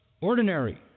ordinary